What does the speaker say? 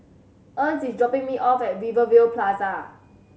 Ernst is dropping me off at Rivervale Plaza